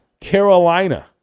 Carolina